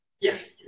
Yes